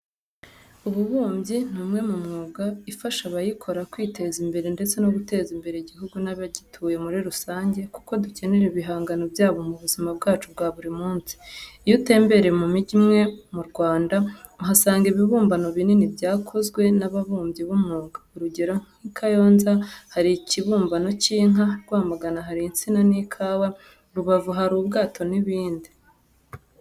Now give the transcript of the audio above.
Ububumbyi ni umwe mu myuga ifasha abayikora kwiteza imbere ndetse no guteza imbere igihugu n'abagituye muri rusange kuko dukenera ibihangano byabo mu buzima bwacu bwa buri munsi. Iyo utembereye mu migi imwe mu Rwanda, uhasanga ibibumbano binini byakozwe n'ababumbyi b'umwuga. Urugero ni nk'i Kayonza hari ikibumbano cy'inka, Rwamagana hari insina n'ikawa, Rubavu hari ubwato n'ibindi.